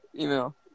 email